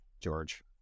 George